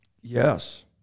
Yes